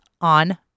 on